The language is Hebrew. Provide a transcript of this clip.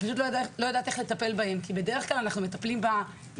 פשוט לא יודעת איך לטפל בהם כי בדרך כלל אנחנו מטפלים במיינסטרים,